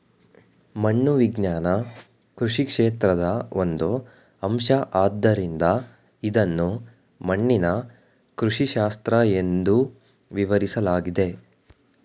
ಮಣ್ಣು ವಿಜ್ಞಾನ ಕೃಷಿ ಕ್ಷೇತ್ರದ ಒಂದು ಅಂಶ ಆದ್ದರಿಂದ ಇದನ್ನು ಮಣ್ಣಿನ ಕೃಷಿಶಾಸ್ತ್ರ ಎಂದೂ ವಿವರಿಸಲಾಗಿದೆ